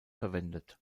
verwendet